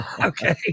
Okay